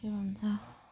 के भन्छ